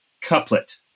couplet